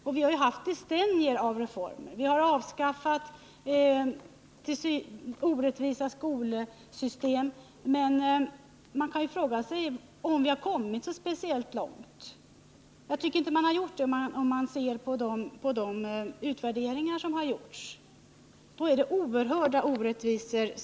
Och vi har haft decennier av reformer — vi har t.ex. avskaffat orättvisa skolsystem. Men man kan fråga sig om vi har kommit så särskilt långt. Jag tycker inte vi har gjort det. Det bekräftas ju av de utvärderingar som har gjorts och som visar att det finns oerhörda orättvisor.